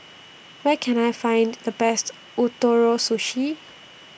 Where Can I Find The Best Ootoro Sushi